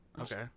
Okay